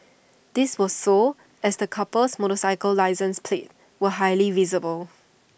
this was so as the couple's motorcycle license plates were highly visible